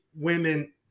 women